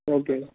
okay